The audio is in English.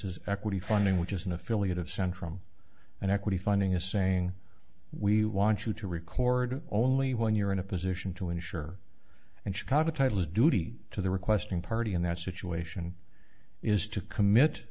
is equity funding which is an affiliate of centrum and equity finding a saying we want you to record only when you're in a position to insure and chicago title is duty to the requesting party in that situation is to commit